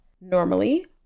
Normally